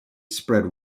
spread